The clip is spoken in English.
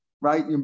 right